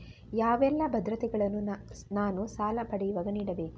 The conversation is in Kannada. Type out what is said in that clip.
ಯಾವೆಲ್ಲ ಭದ್ರತೆಗಳನ್ನು ನಾನು ಸಾಲ ಪಡೆಯುವಾಗ ನೀಡಬೇಕು?